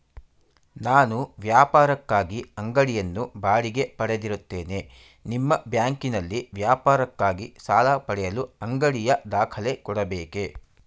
ನಾನು ವ್ಯಾಪಾರಕ್ಕಾಗಿ ಅಂಗಡಿಯನ್ನು ಬಾಡಿಗೆ ಪಡೆದಿರುತ್ತೇನೆ ನಿಮ್ಮ ಬ್ಯಾಂಕಿನಲ್ಲಿ ವ್ಯಾಪಾರಕ್ಕಾಗಿ ಸಾಲ ಪಡೆಯಲು ಅಂಗಡಿಯ ದಾಖಲೆ ಕೊಡಬೇಕೇ?